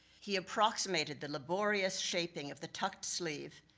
he approximated the laborious shaping of the tucked sleeve,